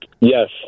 Yes